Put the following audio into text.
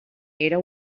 era